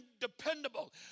dependable